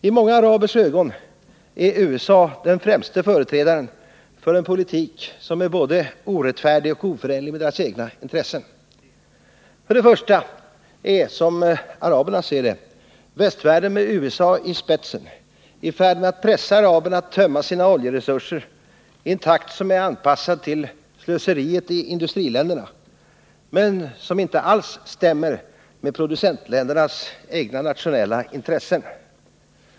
I många arabers ögon är USA den främste företrädaren för en politik som är både orättfärdig och oförenlig med deras egna intessen. För det första är — som araberna ser det — västvärlden med USA i spetsen i färd med att pressa araberna att tömma sina oljeresurser i en takt som är anpassad till slöseriet i industriländerna men som inte alls stämmer med producentländernas nationella intressen.